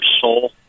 soul